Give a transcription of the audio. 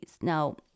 Now